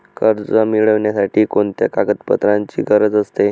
कर्ज मिळविण्यासाठी कोणत्या कागदपत्रांची गरज असते?